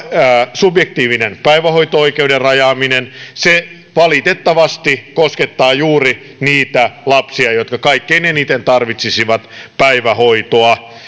subjektiivisen päivähoito oikeuden rajaaminen se valitettavasti koskettaa juuri niitä lapsia jotka kaikkein eniten tarvitsisivat päivähoitoa